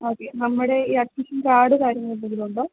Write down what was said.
okay നമ്മുടെ ഈ admission card കാര്യങ്ങൾ എന്തെങ്കിലുമുണ്ടോ